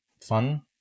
fun